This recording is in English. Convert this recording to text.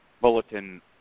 bulletin